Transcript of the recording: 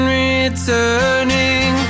returning